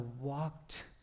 walked